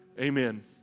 amen